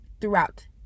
throughout